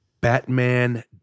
Batman